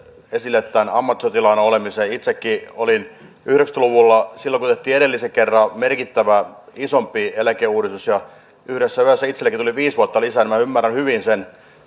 esille myös ammattisotilaana olemisen itsekin olin yhdeksänkymmentä luvulla silloin kun tehtiin edellisen kerran merkittävä isompi eläkeuudistus ja yhdessä yössä itsellenikin tuli viisi vuotta lisää niin että minä ymmärrän hyvin sen